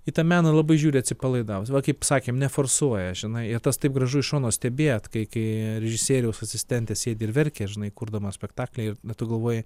į tą meną labai žiūri atsipalaidavus va kaip sakėm neforsuoja žinai ir taip gražu iš šono stebėt kai kai režisieriaus asistentė sėdi ir verkia žinai kurdama spektaklį ir na tu galvoji